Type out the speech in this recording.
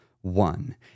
one